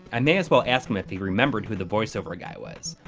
i may as well ask um if he remembered who the voice over guy was.